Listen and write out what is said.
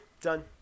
done